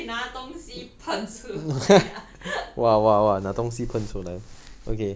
我可以拿东西喷出来